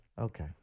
Okay